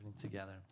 together